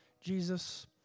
Jesus